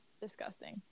Disgusting